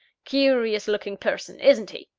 curious looking person isn't he?